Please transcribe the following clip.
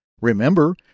Remember